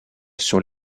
sur